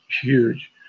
huge